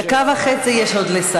עוד דקה וחצי יש לשר,